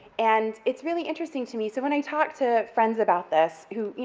and it's really interesting to me, so when i talk to friends about this who, you